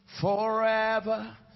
forever